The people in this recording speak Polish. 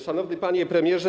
Szanowny Panie Premierze!